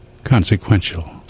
consequential